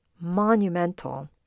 monumental